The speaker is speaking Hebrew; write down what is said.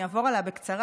אני אעבור עליה בקצרה,